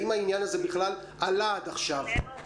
האם העניין הזה בכלל עלה עד עכשיו?